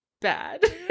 bad